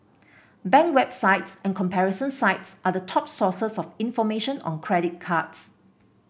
bank websites and comparison sites are the top sources of information on credit cards